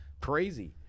crazy